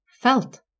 Felt